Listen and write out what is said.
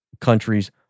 countries